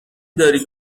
داری